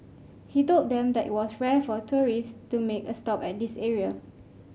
he told them that it was rare for tourist to make a stop at this area